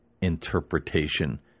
interpretation